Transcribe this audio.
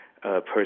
person